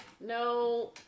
No